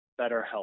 BetterHelp